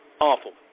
Awful